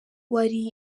wari